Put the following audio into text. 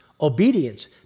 obedience